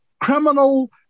criminal